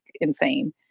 insane